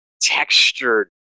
textured